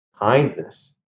Kindness